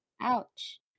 Ouch